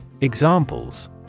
Examples